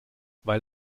weil